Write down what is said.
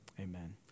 amen